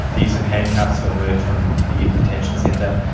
the use of handcuffs when moved from the youth detention centre,